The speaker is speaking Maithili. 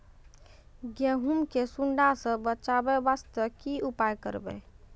गहूम के सुंडा से बचाई वास्ते की उपाय करबै?